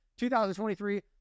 2023